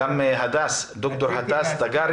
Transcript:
ד"ר הדס תגרי